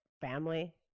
family